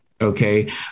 okay